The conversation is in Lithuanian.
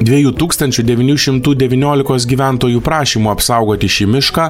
dviejų tūkstančių devynių šimtų devyniolikos gyventojų prašymu apsaugoti šį mišką